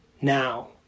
Now